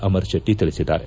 ಅಮರಶೆಟ್ಟಿ ತಿಳಿಸಿದ್ದಾರೆ